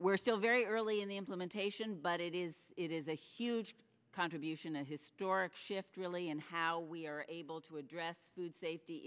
we're still very early in the implementation but it is it is a huge contribution a historic shift really in how we are able to address